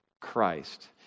Christ